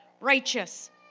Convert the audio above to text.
righteous